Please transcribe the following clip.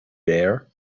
there